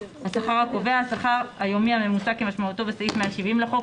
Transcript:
"השכר הקובע" השכר היומי הממוצע כמשמעותו בסעיף 170 לחוק,